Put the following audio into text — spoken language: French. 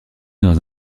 dans